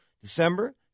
December